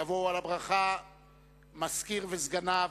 יבואו על הברכה המזכיר וסגניו,